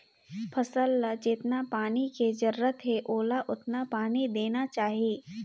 फसल ल जेतना पानी के जरूरत हे ओला ओतने पानी देना चाही